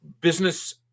business